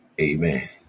Amen